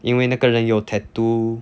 因为那个人有 tattoo